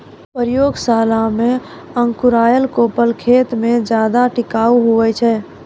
प्रयोगशाला मे अंकुराएल कोपल खेत मे ज्यादा टिकाऊ हुवै छै